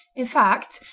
in fact,